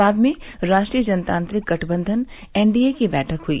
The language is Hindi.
बाद में राष्ट्रीय जनतांत्रिक गठबंधन एनडीए की बैठक हई